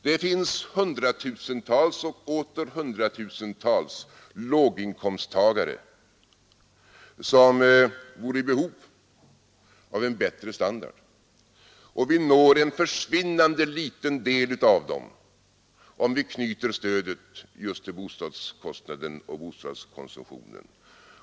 Det finns hundratusentals och åter hundratusentals låginkomsttagare, som vore i behov av en bättre standard, och vi når en försvinnande liten del av dem om vi knyter stödet just till bostadskostnaden och bostadskonsumtionen.